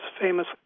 famous